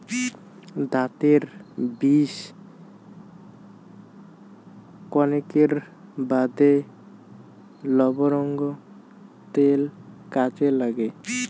দাতের বিষ কণেকের বাদে লবঙ্গর ত্যাল কাজে নাগে